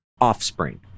offspring